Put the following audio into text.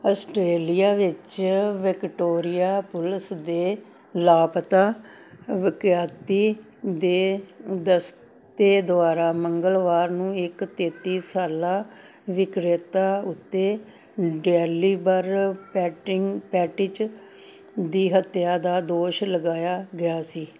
Australia ਵਿੱਚ Victoria police ਦੇ ਲਾਪਤਾ ਵਿਅਕਤੀਆਂ ਦੇ ਦਸਤੇ ਦੁਆਰਾ ਮੰਗਲਵਾਰ ਨੂੰ ਇੱਕ ਤੇਤੀ ਸਾਲਾ ਵਿਕਰੇਤਾ ਉੱਤੇ ਡੈਲੀਬਰ ਪੈਟਿੰਗ ਪੈਂਟਿਚ ਦੀ ਹੱਤਿਆ ਦਾ ਦੋਸ਼ ਲਗਾਇਆ ਗਿਆ ਸੀ